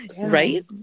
right